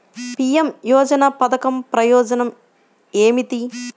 PM యోజన పధకం ప్రయోజనం ఏమితి?